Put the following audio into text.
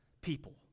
people